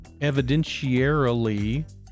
evidentiarily